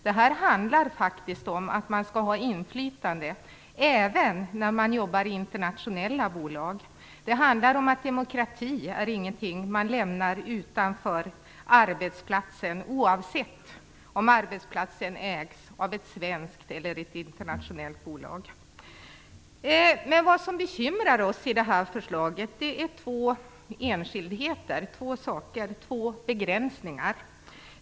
Detta handlar faktiskt om att man skall ha inflytande även när man jobbar i internationella bolag. Det handlar om att demokrati inte är någonting som man lämnar utanför arbetsplatsen, oavsett om arbetsplatsen ägs av ett svenskt eller ett internationellt bolag. Två saker bekymrar oss i det här förslaget. Det är två begränsningar.